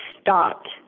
stopped